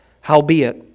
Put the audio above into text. Howbeit